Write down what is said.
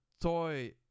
toy